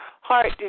heart